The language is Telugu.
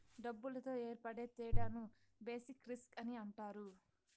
డబ్బులతో ఏర్పడే తేడాను బేసిక్ రిస్క్ అని అంటారు